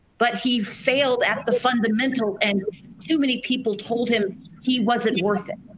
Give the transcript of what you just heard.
but he failed at the fundamental and too many people told him he wasn't worth it.